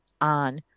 on